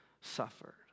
suffered